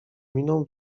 miną